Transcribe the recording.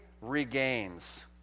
regains